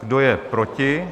Kdo je proti?